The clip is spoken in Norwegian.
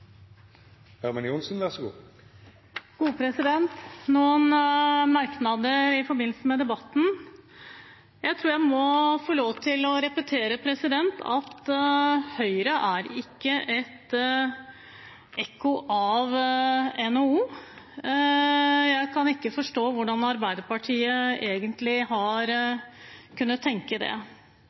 noen merknader i forbindelse med debatten. Jeg tror jeg må få lov til å repetere at Høyre ikke er et ekko av NHO. Jeg kan ikke forstå hvordan Arbeiderpartiet egentlig har kunnet tenke det.